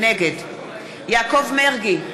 נגד יעקב מרגי,